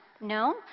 No